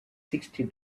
sixty